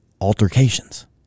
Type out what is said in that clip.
altercations